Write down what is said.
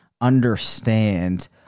understand